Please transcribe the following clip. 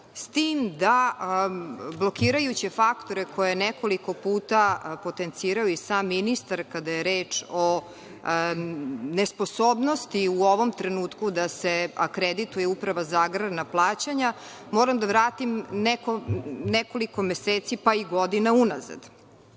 s tim da blokirajući faktor koji je nekoliko puta potencirao i sam ministar kada je reč o nesposobnosti u ovom trenutku da se akredituje Uprava za agrarna plaćanja, moram da vratim nekoliko meseci pa i godina